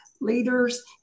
leaders